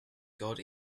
god